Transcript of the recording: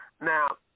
Now